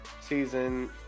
season